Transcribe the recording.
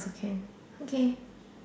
Okay okay